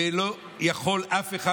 ולא יכול אף אחד,